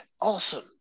awesome